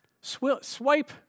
swipe